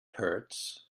hurts